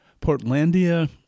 Portlandia